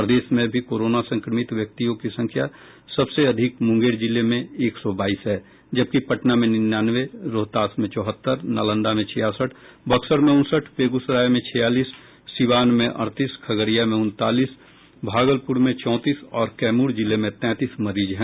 प्रदेश में अभी कोरोना संक्रमित व्यक्तियों की संख्या सबसे अधिक मुंगेर जिले में एक सौ बाईस है जबकि पटना में निन्यानवें रोहतास में चौहत्तर नालंदा में छियासठ बक्सर में उनसठ बेगूसराय में छियालीस सिवान में अड़तीस खगड़िया में उनतालीस भागलपुर में चौंतीस और कैमूर जिले में तेंतीस मरीज है